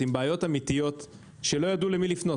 עם בעיות שלא היה להם למי לפנות.